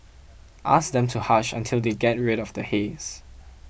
ask them to hush until they get rid of the haze